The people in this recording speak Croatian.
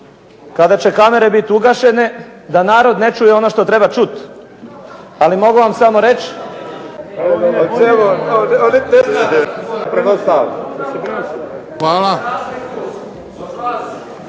kada će kamere biti ugašene da narod ne čuje ono što treba čut. Ali mogu vam samo reći…